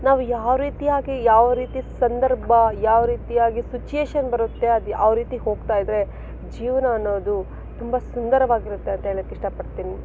ನಾವು ಯಾವ ರೀತಿಯಾಗಿ ಯಾವ ರೀತಿ ಸಂದರ್ಭ ಯಾವ ರೀತಿಯಾಗಿ ಸಿಚುಯೇಶನ್ ಬರುತ್ತೆ ಅದ್ಯಾವ ರೀತಿ ಹೋಗ್ತಾ ಇದ್ದರೆ ಜೀವನ ಅನ್ನೋದು ತುಂಬ ಸುಂದರವಾಗಿರುತ್ತೆ ಅಂತ ಹೇಳಕ್ಕೆ ಇಷ್ಟಪಡ್ತೀನಿ